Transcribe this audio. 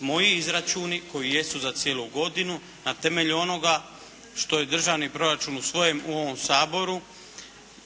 moji izračuni koji jesu za cijelu godinu na temelju onoga što je Državni proračun u ovom Saboru